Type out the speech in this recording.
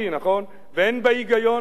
ואין בה היגיון מבחינת עידוד,